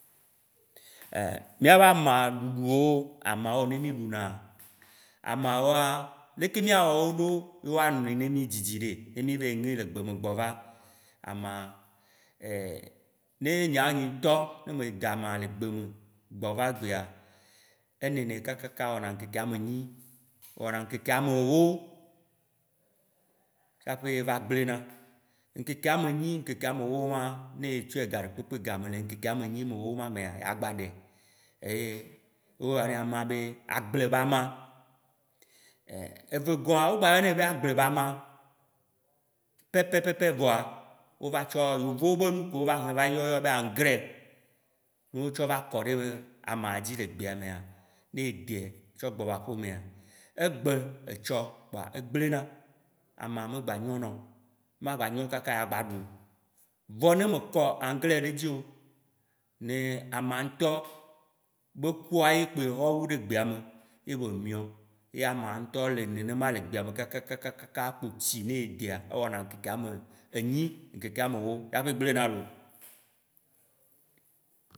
Mia be ama ɖuɖuwo, amawo ne mì ɖuna, amawoa, leke miawɔ wo ɖo, ne woa nɔe ne mi dzidzi ɖe ne mi ne ŋewo le gbeme gbɔva? Ama, ne nye ya nye ŋtɔ ne me da ama le gbe me gbɔva egbea, enɔ nɛ kakaka wɔna ŋkeke amenyi, wɔna ŋkeke amewo, tsaƒe va gble na. Ŋkeke amenyi, ŋkeke amewo wã, ne tsɔe gaɖekpekpe ga me le ŋkeke amenyi, amewo ma mea, ya gba ɖae. Eee wo yɔna ema be agble be ama, evegɔã wogba yɔ nɛ be agble be ama pɛpɛpɛpɛ voa, wo va tsɔ yovowo be nu ke wo va he va ye wo yɔ be angrai, wo tsɔ va kɔ ɖeme ama dzi le gbea mea, ne edɛ tsɔ gbɔ va aƒemea, egbe, etsɔ kpoa egblena, ama me gba nyɔna o, ma gbanyo kaka ya gba ɖu o. Vɔ ne me kɔ angrai ɖe edzi o, ne ama ŋtɔ be kua ye gbe vo wu ɖe gbeame ye vo miɔ, ye ama ŋtɔ le nenema le gbea me kakakakakaka kpo tsi ne edɛa, ewɔna ŋkeke amenyi enyi ŋkeke amewo tsaƒe gblena loo